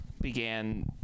began